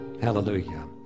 Hallelujah